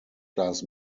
class